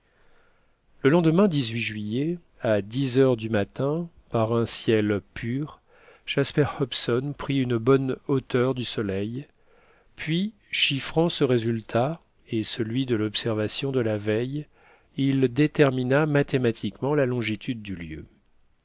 le lendemain juillet à dix heures du matin par un ciel pur jasper hobson prit une bonne hauteur du soleil puis chiffrant ce résultat et celui de l'observation de la veille il détermina mathématiquement la longitude du lieu